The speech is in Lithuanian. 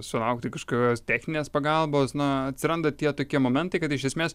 sulaukti kažkokios techninės pagalbos na atsiranda tie tokie momentai kad iš esmės